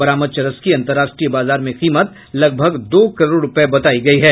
बरामद चरस की अन्तर्राष्ट्रीय बाजार में कीमत लगभग दो करोड़ रूपये है